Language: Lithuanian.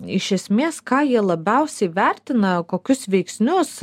iš esmės ką jie labiausiai vertina kokius veiksnius